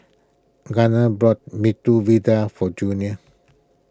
Gunner bought Medu Vada for Junior